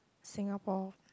Singapore